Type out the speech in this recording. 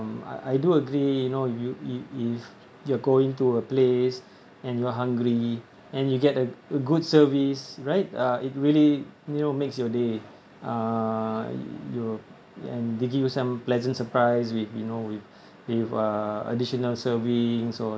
I I do agree you know you you if you're going to a place and you're hungry and you get a a good service right uh it really you know makes your day uh you and they give you some pleasant surprise with you know with with uh additional servings or